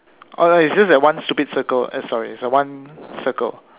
alright it's just that one stupid circle eh sorry is that one circle